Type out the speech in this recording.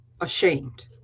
ashamed